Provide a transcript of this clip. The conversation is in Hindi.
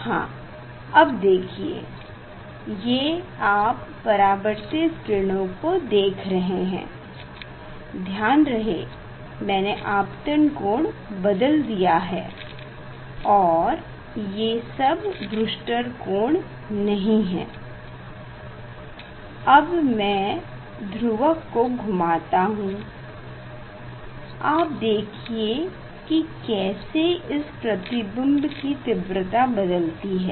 हाँ अब देखिए ये आप परावर्तित किरणों को देख सकते हैं ध्यान रहे मैने आपतन कोण बदल दिया है और ये अब ब्रूसटर कोण नहीं है अब मै ध्रुवक को घूमता हूँ आप देखिए की कैसे इस प्रतिबिंब की तीव्रता बदलती है